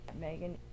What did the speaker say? Megan